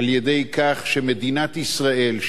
על-ידי כך שמדינת ישראל,